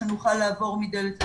שנוכל לעבור מדלת לדלת,